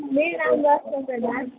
मेरो नाम रस्ना प्रधान